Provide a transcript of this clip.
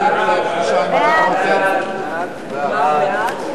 סעיפים 1 2